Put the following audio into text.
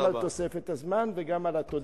גם על תוספת הזמן וגם על התודה,